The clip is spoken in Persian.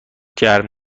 گرم